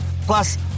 Plus